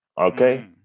Okay